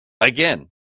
again